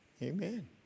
Amen